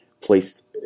placed